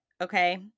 okay